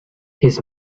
his